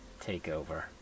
takeover